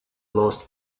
lost